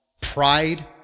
Pride